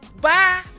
Bye